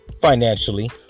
financially